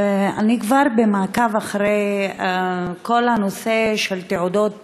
אני כבר הייתי במעקב אחרי כל הנושא של תעודות